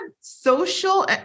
social